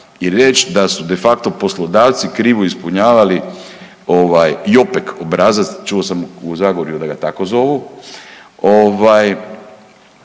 i reći da su de facto poslodavci krivu ispunjavali „Jopek“ obrazac, čuo sam u Zagorju da ga tako zovu,